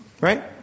right